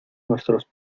nuestros